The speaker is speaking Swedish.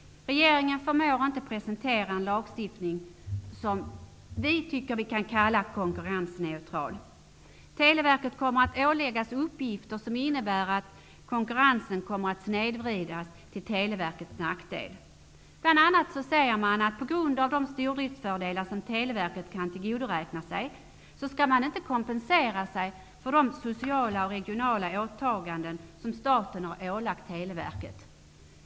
Regeringen förmår inte presentera en lagstiftning som vi tycker kan kallas konkurrensneutral. Televerket kommer att åläggas uppgifter som innebär att konkurrensen snedvrids, till Televerkets nackdel. Bl.a. sägs det: På grund av de stordriftsfördelar som Televerket kan tillgodoräkna sig skall man inte kompensera sig för de sociala och regionala åtaganden som staten har ålagt Televerket.